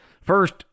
First